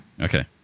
Okay